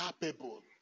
capable